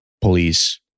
police